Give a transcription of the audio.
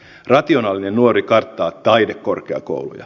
rationaalinen nuori karttaa taidekorkeakouluja